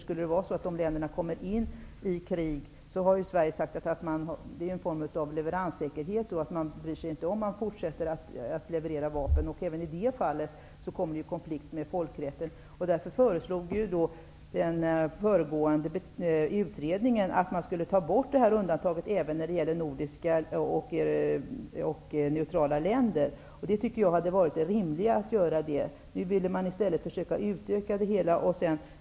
Skulle de här länderna råka i krig, har Sverige sagt att det finns en form av leveranssäkerhet -- man bryr sig inte om förhållandena utan fortsätter att leverera vapen. Även i det fallet blir det en konflikt med folkrätten. Därför har föregående utredning föreslagit ett borttagande av det här undantaget även när det gäller nordiska och neutrala länder. Det tycker jag hade varit en rimlig åtgärd. Nu vill man i stället försöka utöka det hela.